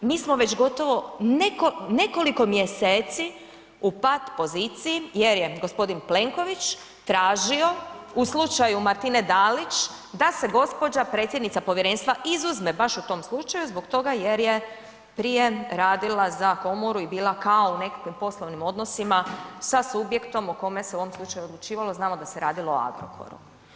Mi smo već gotovo nekoliko mjeseci u pat poziciji jer je gospodin Plenković tražio u slučaju Martine Dalić da se gospođa predsjednica povjerenstva izuzme baš u tom slučaju zbog toga jer je prije radila za komoru i bila kao u nekakvim poslovnim odnosima sa subjektom o kome se u ovom slučaju odlučivalo, znamo da se radilo o Agrokoru.